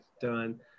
done